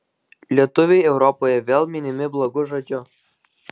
lietuviai europoje vėl minimi blogu žodžiu